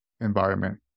environment